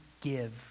give